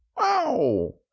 Wow